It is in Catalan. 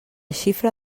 xifra